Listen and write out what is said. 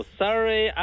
sorry